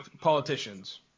politicians